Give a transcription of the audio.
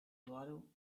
bottle